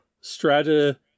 Strategy